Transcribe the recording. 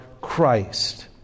Christ